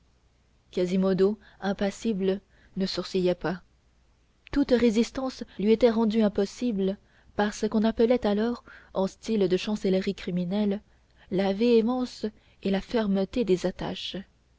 quasimodo impassible ne sourcillait pas toute résistance lui était rendue impossible par ce qu'on appelait alors en style de chancellerie criminelle la véhémence et la fermeté des attaches